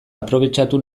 aprobetxatu